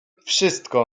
wszystko